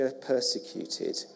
persecuted